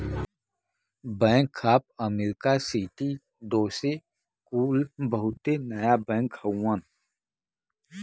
bank of America, Citi, Deutsche कुल बहुते नया बैंक हउवन